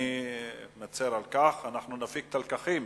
אני מצר על כך, ונפיק את הלקחים,